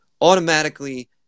automatically